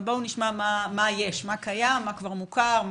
אבל בואו נשמע מה יש, מה קיים, מה כבר מוכר,